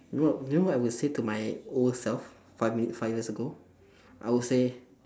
you know what you know what I will say to my old self five minute five years ago I would say